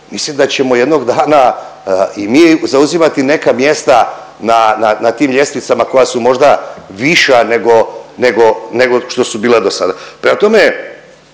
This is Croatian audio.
mislim da ćemo jednog dana i mi zauzimati neka mjesta na, na, na tim ljestvicama koja su možda viša nego, nego, nego što su bila do sada.